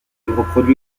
reproduit